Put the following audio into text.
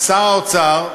שר האוצר,